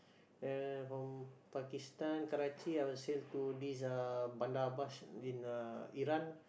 uh from Pakistan Karachi I will sail to this uh Bandar-Abbas in uh Iran